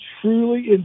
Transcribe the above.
truly